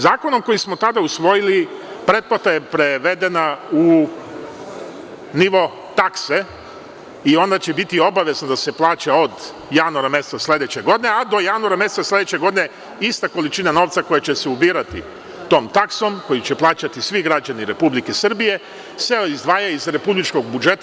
Zakonom koji smo tada usvojili pretplata je prevedena u nivo takse, i ona će biti obavezna da se plaća od januara meseca sledeće godine, a do januara meseca sledeće godine ista količina novca koja će se ubirati tom taksom, koju će plaćati svi građani Republike Srbije, se izdvajaju iz republičkog budžeta.